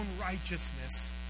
righteousness